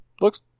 looks